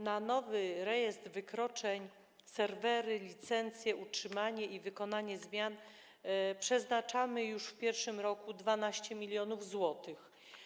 Na nowy rejestr wykroczeń, serwery, licencje, utrzymanie i wykonanie zmian przeznaczymy już w pierwszym roku 12 mln zł.